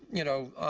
you know,